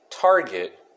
target